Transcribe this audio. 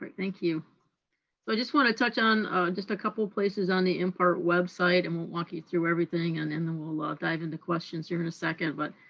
but thank you. so i just want to touch on just a couple of places on the mpart website and we'll walk you through everything and then we'll ah dive into questions here in a second. but